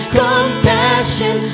compassion